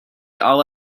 all